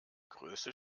größte